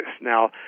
Now